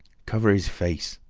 cover his face!